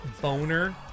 boner